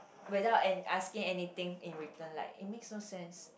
without an~ asking anything in return like it makes no sense